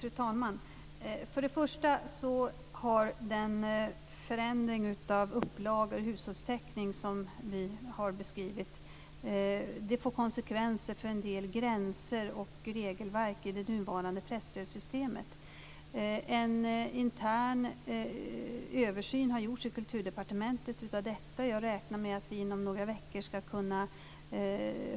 Fru talman! För det första får den förändring av upplaga och hushållstäckning som vi har beskrivit konsekvenser för en del gränser och regelverk i det nuvarande presstödssystemet. En intern översyn av detta har gjorts i Kulturdepartementet. Jag räknar med att vi inom några veckor skall kunna